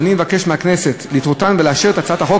ואני מבקש מהכנסת לדחותן ולאשר את הצעת החוק